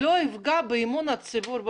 לא יפגע באמון הציבור,